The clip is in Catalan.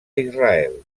israel